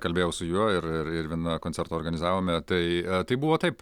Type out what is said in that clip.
kalbėjau su juo ir ir ir vieną koncertą organizavome tai tai buvo taip